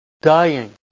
dying